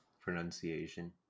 pronunciation